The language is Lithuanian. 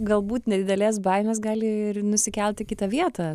galbūt nedidelės baimės gali ir nusikelti į kitą vietą